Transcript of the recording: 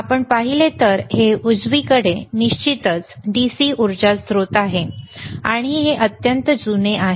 आपण पाहिले तर हे उजवीकडे निश्चित DC उर्जा स्त्रोत आहे आणि हे अत्यंत जुने आहे